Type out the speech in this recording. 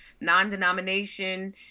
non-denomination